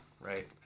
right